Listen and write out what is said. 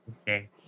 Okay